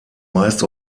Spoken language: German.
meist